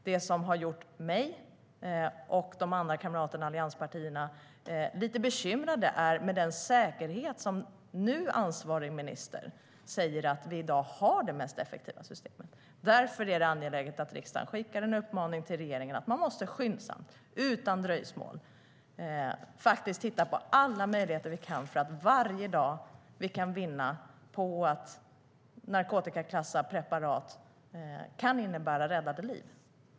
Det som gjort mig och mina kamrater i Alliansen lite bekymrade är den säkerhet med vilken den nu ansvariga ministern säger att vi i dag har det mest effektiva systemet. Därför är det angeläget att riksdagen skickar en uppmaning till regeringen att den skyndsamt, utan dröjsmål, måste titta på alla möjligheter som finns. Varje dag som vi kan vinna på att narkotikaklassa preparat kan innebära räddade liv.